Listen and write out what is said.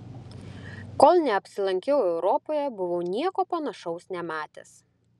kol neapsilankiau europoje buvau nieko panašaus nematęs